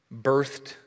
birthed